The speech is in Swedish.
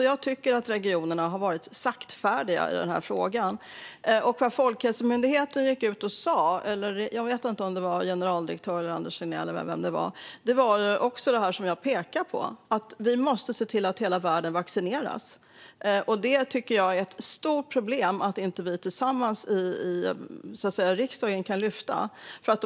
Jag tycker att regionerna har varit saktfärdiga i denna fråga. Folkhälsomyndigheten - jag vet inte om det var generaldirektören, Anders Tegnell eller vem det var - gick ut och sa just det jag pekar på, nämligen att vi måste se till att hela världen vaccineras. Jag tycker att det är ett stort problem att inte vi i riksdagen tillsammans kan lyfta detta.